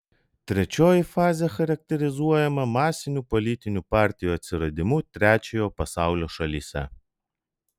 trečioji fazė charakterizuojama masinių politinių partijų atsiradimu trečiojo pasaulio šalyse